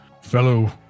fellow